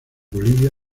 bolivia